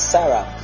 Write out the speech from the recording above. Sarah